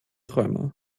träumer